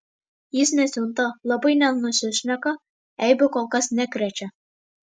jis nesiunta labai nenusišneka eibių kol kas nekrečia